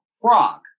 frog